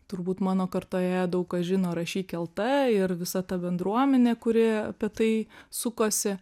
turbūt mano kartoje daug kas žino rašyk lt ir visa ta bendruomenė kuri apie tai sukosi